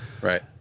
Right